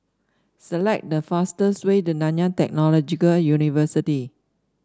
select the fastest way to Nanyang Technological University